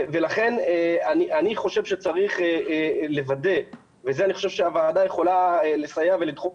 לכן אני חושב שצריך לוודא ואני חושב שהוועדה יכולה לסייע ולדחוף